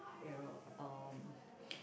you know um